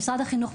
עם משרד החינוך,